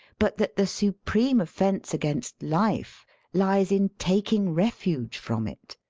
but that the supreme offence against life lies in taking refuge from it,